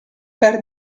per